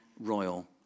royal